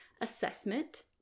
assessment